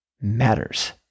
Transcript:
matters